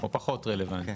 או פחות רלוונטי.